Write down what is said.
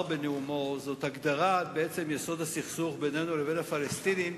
בנאומו הוא הגדרת יסוד הסכסוך בינינו לבין הפלסטינים,